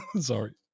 Sorry